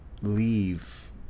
leave